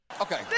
Okay